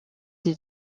des